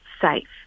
safe